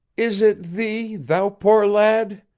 is it thee, thou poor lad?